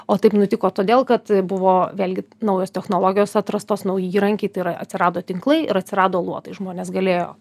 o taip nutiko todėl kad buvo vėlgi naujos technologijos atrastos nauji įrankiai tai yra atsirado tinklai ir atsirado luotai žmonės galėjo